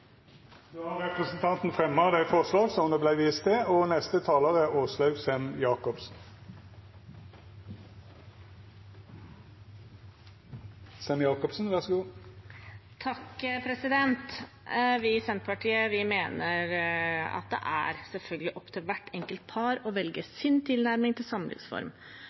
Vi i Senterpartiet mener at det selvfølgelig er opp til hvert enkelt par å velge sin tilnærming